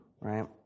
right